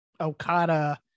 Okada